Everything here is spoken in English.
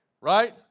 Right